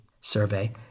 survey